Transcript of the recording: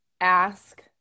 Ask